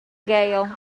gale